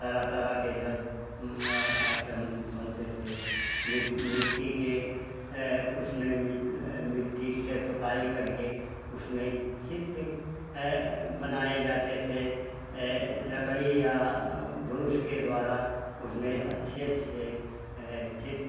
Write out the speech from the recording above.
तरह तरह से सब आइटम बनते थे मिट्टी के उसमें मिट्टी से पुताई करके उसमें चित्र बनाए जाते थे लकड़ी या भूस के द्वारा उसमें अच्छे अच्छे चित्र